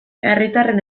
herritarren